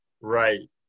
Right